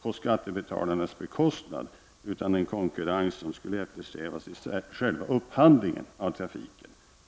på skattebetalarnas bekostnad, utan man eftersträvade en konkurrens vid själva upphandlingen av trafiken.